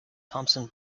thompson